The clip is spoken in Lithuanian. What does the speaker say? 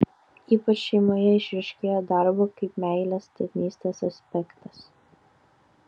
ypač šeimoje išryškėja darbo kaip meilės tarnystės aspektas